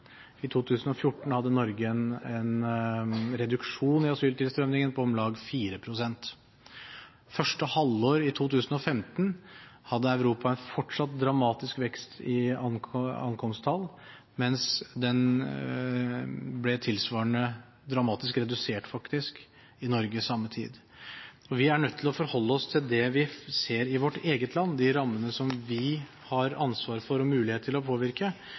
I 2014 hadde Norge en reduksjon i asyltilstrømningen på om lag 4 pst. I første halvår i 2015 hadde Europa en fortsatt dramatisk vekst i ankomsttall, mens den ble tilsvarende dramatisk redusert, faktisk, i Norge på samme tid. Vi er nødt til å forholde oss til det vi ser i vårt eget land, de rammene som vi har ansvaret for og mulighet til å påvirke,